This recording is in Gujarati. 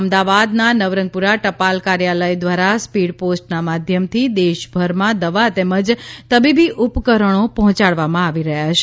અમદાવાદના નવરંગપુરા ટપાલ કાર્યાલય દ્વારા સ્પીડ પોસ્ટના માધ્યમથી દેશભરમાં દવા તેમજ તબીબી ઉપકરણો પહોચાડવામાં આવી રહ્યા છે